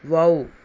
wow